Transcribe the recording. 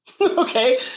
Okay